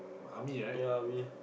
army right